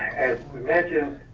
as we mentioned,